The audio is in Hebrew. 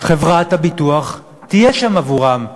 חברת הביטוח תהיה שם עבורם.